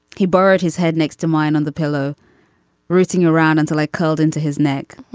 he buried his head next to mine on the pillow rooting around until i called into his neck.